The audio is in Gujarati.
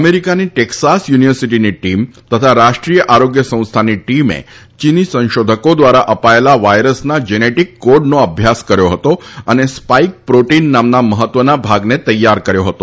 અમેરિકાની ટેક્સાસ યુનિવર્સીટીની ટીમ તથા રાષ્ટ્રીય આરોગ્ય સંસ્થાની ટીમે ચીની સંશોધકો દ્વારા અપાયેલા વાયરસના જેનેટીક કોડનો અભ્યાસ કર્યો હતો અને સ્પાઇક પ્રોટીન નામના મહત્વના ભાગને તૈયાર કર્યો હતો